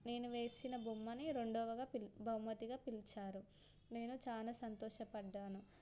నేను వేసిన బొమ్మని రెండవగా పిల్ బహుమతిగా పిలిచారు నేను చాలా సంతోషపడ్డాను